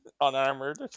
Unarmored